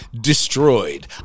destroyed